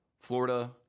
Florida